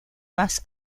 más